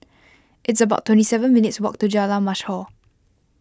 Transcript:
it's about twenty seven minutes' walk to Jalan Mashhor